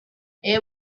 air